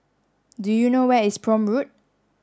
do you know where is Prome Road